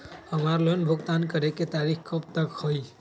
हमार लोन भुगतान करे के तारीख कब तक के हई?